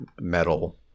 metal